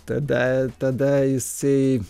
tada tada jisai